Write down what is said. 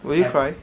will you cry